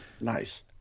Nice